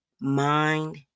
Mind